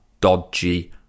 dodgy